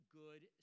good